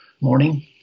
morning